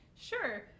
sure